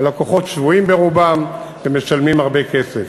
הלקוחות שבויים ברובם, והם משלמים הרבה כסף.